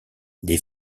des